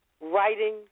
Writing